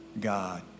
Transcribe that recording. God